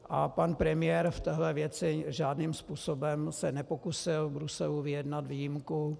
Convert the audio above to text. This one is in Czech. A pan premiér v téhle věci žádným způsobem se nepokusil v Bruselu vyjednat výjimku.